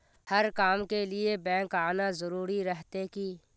हर काम के लिए बैंक आना जरूरी रहते की?